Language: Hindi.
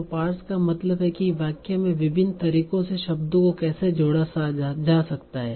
तो पार्स का मतलब है कि वाक्य में विभिन्न तरीकों से शब्दों को कैसे जोड़ा जा सकता है